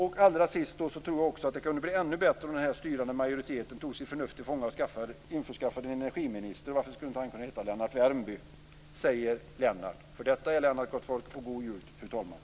Allra, allra sist tror jag att det kunde bli ännu bättre om den styrande majoriteten tog sitt förnuft till fånga och införskaffade en energiminister. Varför skulle inte han kunna heta Lennart Värmby? säger Lennart, för detta är Lennart, gott folk, och God jul, fru talman.